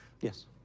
Yes